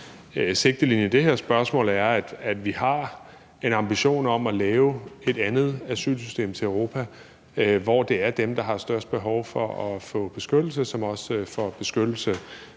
sigtelinje i det her spørgsmål er, at vi har en ambition om at lave et andet asylsystem i Europa, hvor det er dem, der har størst behov for at få beskyttelse, som får beskyttelse